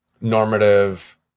normative